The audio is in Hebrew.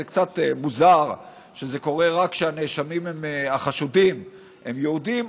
זה קצת מוזר שזה קורה רק כשהחשודים הם יהודים,